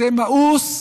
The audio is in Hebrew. זה מאוס,